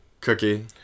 Cookie